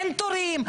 אין תורים.